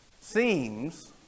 seems